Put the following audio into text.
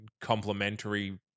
complementary